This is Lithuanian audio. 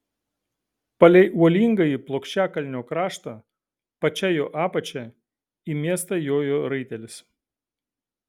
palei uolingąjį plokščiakalnio kraštą pačia jo apačia į miestą jojo raitelis